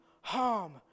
harm